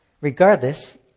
Regardless